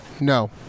No